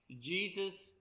Jesus